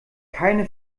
keine